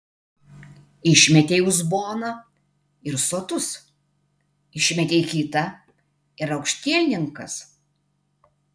išmetei uzboną ir sotus išmetei kitą ir aukštielninkas